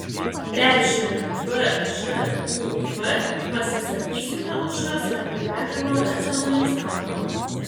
peržiūrint bžūp pasisakysime už jos reguliavimo racionalizavimą